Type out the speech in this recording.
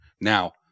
Now